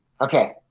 Okay